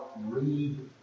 read